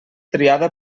triada